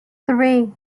three